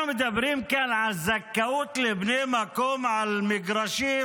אנחנו מדברים כאן על זכאות לבני מקום למגרשים,